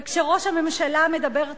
וכשראש הממשלה מדבר תכופות,